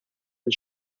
and